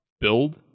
build